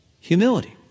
humility